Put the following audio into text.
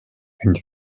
une